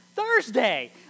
Thursday